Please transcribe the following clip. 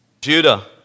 Judah